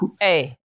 hey